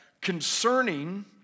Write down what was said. concerning